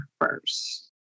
first